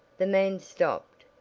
the man stopped.